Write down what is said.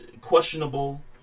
questionable